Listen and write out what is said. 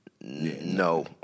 no